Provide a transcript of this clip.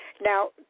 Now